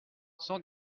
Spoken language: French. cent